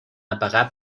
apagar